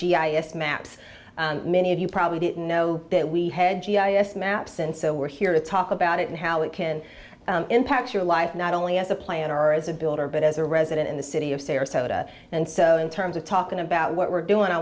g i s maps and many of you probably didn't know that we had g i s maps and so we're here to talk about it and how it can impact your life not only as a plan our as a builder but as a resident in the city of sarasota and so in terms of talking about what we're doing i